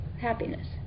Happiness